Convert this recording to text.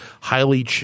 highly